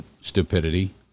stupidity